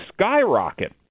skyrocket